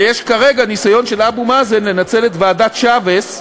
ויש כרגע ניסיון של אבו מאזן לנצל את ועדת שייבס,